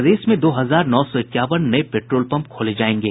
प्रदेश में दो हजार नौ सौ इक्यावन नये पेट्रोल पंप खोले जायेंगे